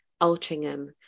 Altrincham